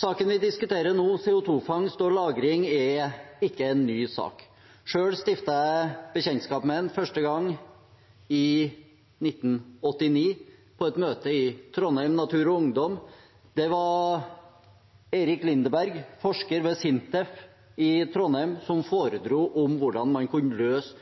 Saken vi diskuterer nå, CO 2 -fangst og -lagring, er ikke en ny sak. Selv stiftet jeg bekjentskap med den første gang i 1989 på et møte i Trondheim Natur og Ungdom. Det var Erik Lindeberg, forsker ved SINTEF i Trondheim, som foredro om hvordan man kunne løse